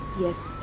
Yes